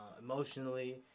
emotionally